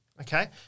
Okay